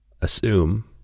assume